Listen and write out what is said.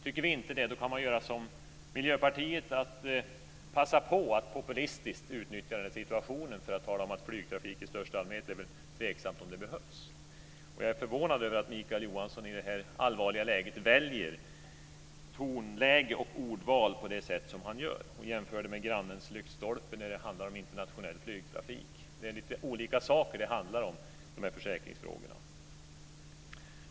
Tycker man inte det kan man göra som Miljöpartiet och passa på att populistiskt utnyttja situationen för att tala om att det är tveksamt om flygtrafik i största allmänhet behövs. Jag är förvånad över att Mikael Johansson i detta allvarliga läge väljer ett tonläge och ord på det sätt som han gör och jämför med grannens lyktstolpe när det handlar om internationell flygtrafik. De här försäkringsfrågorna handlar om olika saker.